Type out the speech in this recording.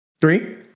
Three